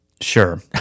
Sure